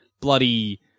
bloody